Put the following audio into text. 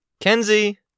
Kenzie